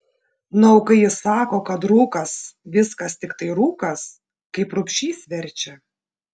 na o kai jis sako kad rūkas viskas tiktai rūkas kaip rubšys verčia